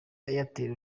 airtel